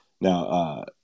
now